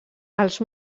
els